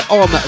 on